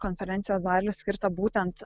konferencijos dalį skirtą būtent